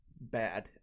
bad